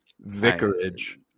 Vicarage